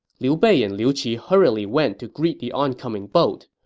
liu bei and liu qi hurriedly went to greet the oncoming boat.